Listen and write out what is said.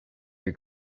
your